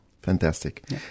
Fantastic